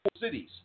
cities